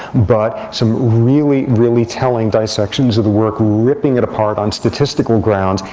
but some really, really telling dissections of the work, ripping it apart on statistical grounds.